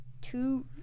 two